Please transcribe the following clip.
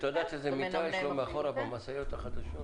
את יודעת איזה מיטה יש לו מאחורה במשאיות החדשות?